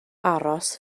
aros